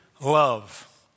love